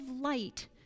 light